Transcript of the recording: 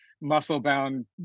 muscle-bound